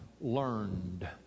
learned